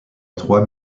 trois